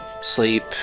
sleep